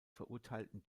verurteilten